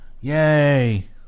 Yay